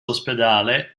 ospedale